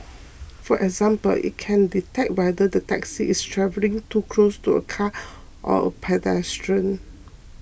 for example it can detect whether the taxi is travelling too close to a car or a pedestrian